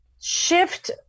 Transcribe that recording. shift